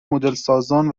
مدلسازان